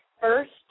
first